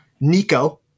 Nico